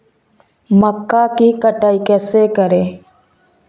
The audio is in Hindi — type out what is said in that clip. मक्का की कटाई कैसे करें?